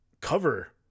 cover